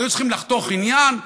היו צריכים לחתוך עניין,